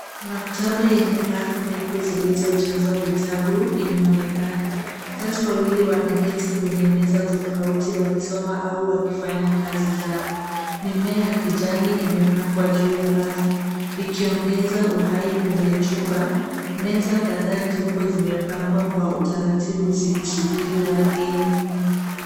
Maktaba yenye rafu ndefu zilizojazwa vitabu imeonekana. Watu wawili wameketi kwenye meza tofauti wakisoma au wakifanya kazi zao. Mimea ya kijani imepandwa juu ya rafu ikiongeza uhai kwenye chumba. Meza kadhaa tupu zimepangwa kwa utaratibu zikisubiri wageni.